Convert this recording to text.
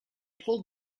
pulled